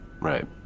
right